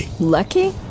Lucky